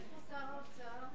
איפה שר האוצר?